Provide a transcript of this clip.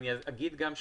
אני אגיד גם,